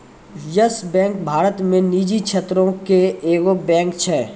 yes Bank Bharat मे निजी क्षेत्रो के एगो बैंक छै